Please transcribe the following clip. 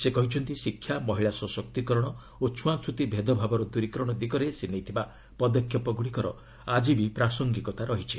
ସେ କହିଛନ୍ତି ଶିକ୍ଷା ମହିଳା ସଶକ୍ତୀକରଣ ଓ ଛୁଆଁଛୁତି ଭେଦଭାବର ଦୂରୀକରଣ ଦିଗରେ ସେ ନେଇଥିବା ପଦକ୍ଷେପଗୁଡ଼ିକର ଆଜି ବି ପ୍ରାସଙ୍ଗିକତା ରହିଛି